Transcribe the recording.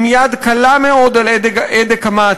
עם יד קלה מאוד על הדק המעצר,